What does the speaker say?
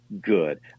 good